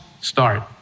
start